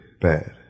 Bad